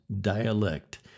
dialect